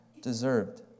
deserved